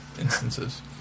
instances